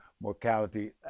mortality